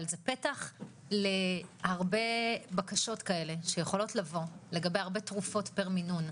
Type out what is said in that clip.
אבל זה פתח להרבה בקשות כאלה שיכולות לבוא לגבי הרבה תרופות פר מינון.